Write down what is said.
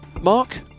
Mark